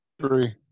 three